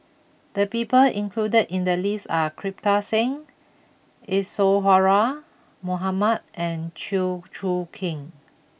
the people included in the list are Kirpal Singh Isadhora Mohamed and Chew Choo Keng